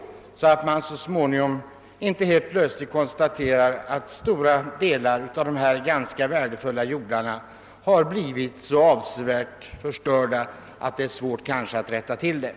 Det vore lyckligt om man kunde slippa behöva konstatera att stora delar av dessa ganska värdefulla jordområden blivit så förstörda att det möter svårigheter att avhjälpa bristerna.